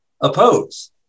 oppose